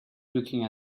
looking